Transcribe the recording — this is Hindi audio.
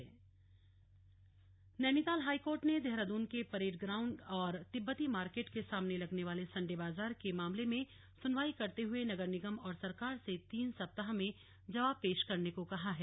स्लग हाईकोर्ट संडे बाजार नैनीताल हाईकोर्ट ने देहरादून के परेड ग्राउंड और तिब्बती मार्केट के सामने लगने वाली सन्डे बाजार के मामले में सुनवाई करते हुए नगर निगम और सरकार से तीन सप्ताह में जवाब पेश करने को कहा है